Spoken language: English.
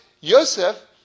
Yosef